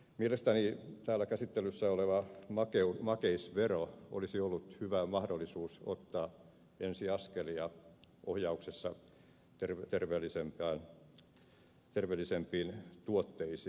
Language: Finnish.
mielestäni täällä käsittelyssä oleva makeisvero olisi ollut hyvä mahdollisuus ottaa ensiaskelia ohjauksessa terveellisempiin tuotteisiin